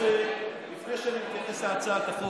לפני שאני מתייחס להצעת החוק,